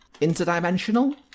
interdimensional